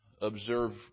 observe